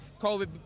COVID